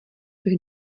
bych